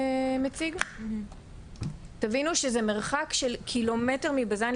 תבינו שזה מרחק של קילומטר מבז"ן.